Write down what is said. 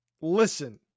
listen